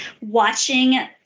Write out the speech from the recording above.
watching